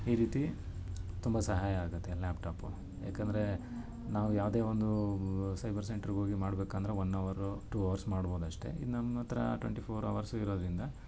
ಈ ರೀತಿ ತುಂಬ ಸಹಾಯ ಆಗುತ್ತೆ ಲ್ಯಾಪ್ಟಾಪು ಯಾಕಂದರೆ ನಾವು ಯಾವುದೇ ಒಂದು ಸೈಬರ್ ಸೆಂಟ್ರಿಗೆ ಹೋಗಿ ಮಾಡ್ಬೇಕಂದರೆ ಒನ್ ಅವರು ಟು ಅವರ್ಸ್ ಮಾಡ್ಬೋದು ಅಷ್ಟೇ ಇದು ನಮ್ಮ ಹತ್ರಾ ಟ್ವೆಂಟಿ ಫೋರ್ ಅವರ್ಸು ಇರೋದರಿಂದ